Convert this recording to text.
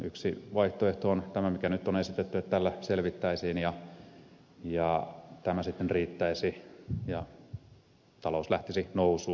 yksi vaihtoehto on tämä mikä nyt on esitetty että tällä selvittäisiin ja tämä sitten riittäisi ja talous lähtisi nousuun